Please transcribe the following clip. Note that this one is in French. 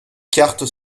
cartes